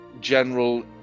general